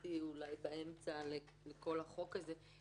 נכנסתי באמצע הצעת החוק הזאת.